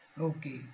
Okay